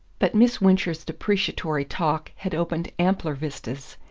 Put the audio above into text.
but miss wincher's depreciatory talk had opened ampler vistas,